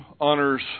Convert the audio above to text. honors